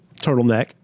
turtleneck